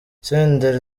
senderi